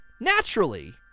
naturally